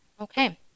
okay